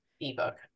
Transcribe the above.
ebook